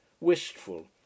wistful